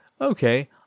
okay